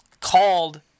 called